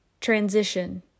transition